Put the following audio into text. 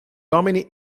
uomini